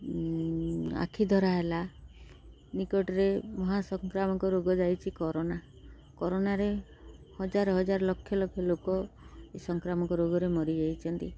ଆଖିଧରା ହେଲା ନିକଟରେ ମହାସଂକ୍ରାମକ ରୋଗ ଯାଇଛି କରୋନା କରୋନାରେ ହଜାର ହଜାର ଲକ୍ଷ ଲକ୍ଷ ଲୋକ ଏ ସଂକ୍ରାମକ ରୋଗରେ ମରିଯାଇଛନ୍ତି